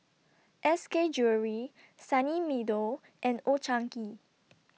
S K Jewellery Sunny Meadow and Old Chang Kee